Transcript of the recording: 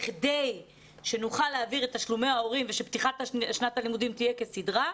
בכדי שנוכל להעביר את תשלומי ההורים ושפתיחת שנת הלימודים תהיה כסדרה,